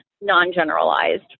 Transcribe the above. non-generalized